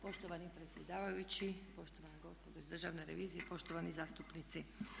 Poštovani predsjedavajući, poštovana gospodo iz Državne revizije, poštovani zastupnici.